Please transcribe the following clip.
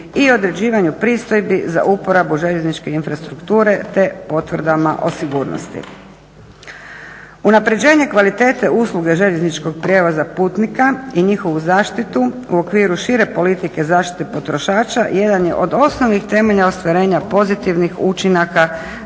i određivanju pristojbi za uporabu željezničke infrastrukture te potvrdama o sigurnosti. Unapređenje kvalitete usluge željezničkog prijevoza putnika i njihovu zaštitu u okviru šire politike zaštite potrošača jedan je od osnovnih temelja ostvarenja pozitivnih učinaka